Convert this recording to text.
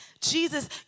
Jesus